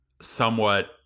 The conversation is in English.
somewhat